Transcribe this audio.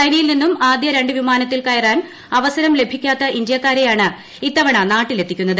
ചൈനയിൽ നിന്നും ആദ്യ രണ്ട് വിമാനത്തിൽ കയറ്റാൻ അവസരം ലഭിക്കാത്ത ഇന്ത്യാക്കാരെയാണ് ഇത്തവണ നാട്ടിലെത്തിക്കുന്നത്